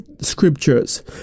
scriptures